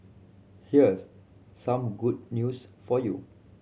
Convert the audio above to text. here's some good news for you